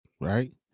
Right